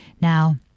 Now